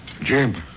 Jim